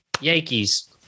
Yankees